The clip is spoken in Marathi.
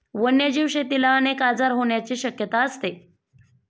वन्यजीव शेतीला अनेक आजार होण्याची शक्यता असते